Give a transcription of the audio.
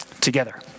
together